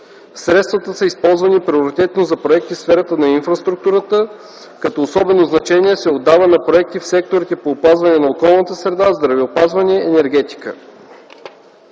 Средствата са използвани приоритетно за проекти в сферата на инфраструктурата, като особено значение се отдава на проекти в секторите по опазване на околната среда, здравеопазване, енергетика.